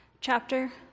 chapter